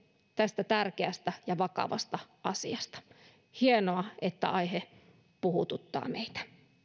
tästä tärkeästä ja vakavasta asiasta hienoa että aihe puhututtaa meitä